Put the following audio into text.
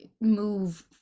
move